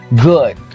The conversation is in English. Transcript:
good